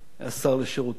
השר לשירותי דת,